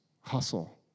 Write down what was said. hustle